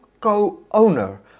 co-owner